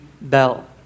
Bell